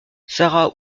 sarah